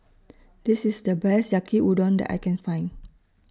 This IS The Best Yaki Udon that I Can Find